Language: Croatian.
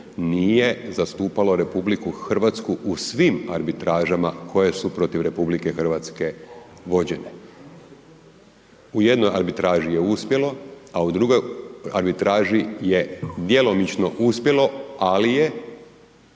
nije zastupalo RH u svim arbitražama koje su protiv RH vođene. U jednoj arbitraži je uspjelo, a u drugoj arbitraži je djelomično uspjelo, ali je